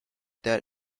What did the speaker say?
that